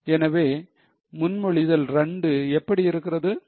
எனவே முன்மொழிதல் 2 எப்படி இருக்கிறது